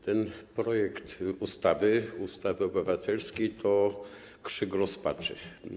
Ten projekt ustawy, ustawy obywatelskiej, to krzyk rozpaczy.